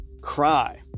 Cry